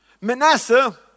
Manasseh